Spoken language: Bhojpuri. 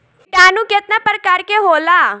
किटानु केतना प्रकार के होला?